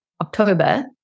October